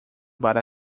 para